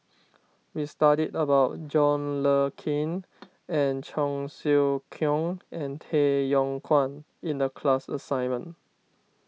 we studied about John Le Cain and Cheong Siew Keong and Tay Yong Kwang in the class assignment